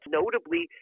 notably